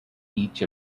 each